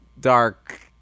Dark